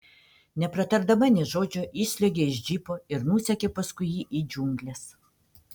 nepratardama nė žodžio išsliuogė iš džipo ir nusekė paskui jį į džiungles